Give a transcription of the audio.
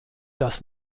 das